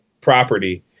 property